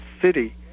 city